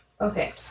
Okay